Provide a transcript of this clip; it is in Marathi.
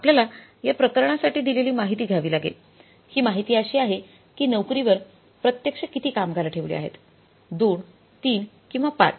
आपल्याला या प्रकरणासाठी दिलेली माहिती घ्यावी लागेल ही माहिती अशी आहे की नोकरीवर प्रत्यक्ष किती कामगार ठेवले आहेत2 3 किंवा 5